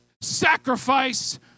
Sacrifice